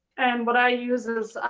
and what i use is,